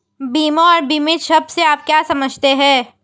बीमा और बीमित शब्द से आप क्या समझते हैं?